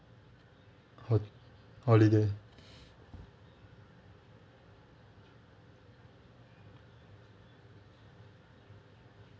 ho~ holiday